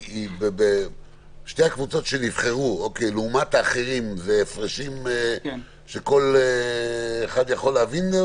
שתי הקבוצות שנבחרו לעומת האחרים זה דבר שכל אחד יכול להבין?